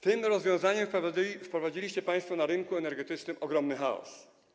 Tym rozwiązaniem wprowadziliście państwo na rynku energetycznym ogromny chaos.